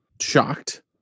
shocked